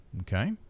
Okay